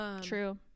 True